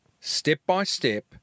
step-by-step